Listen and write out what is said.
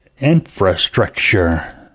infrastructure